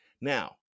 Now